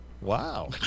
Wow